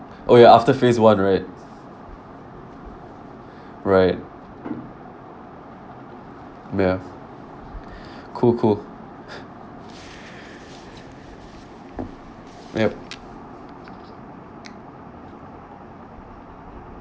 oh ya after phase one right right ya cool cool yup